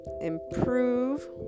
improve